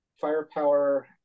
Firepower